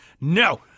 No